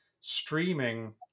streaming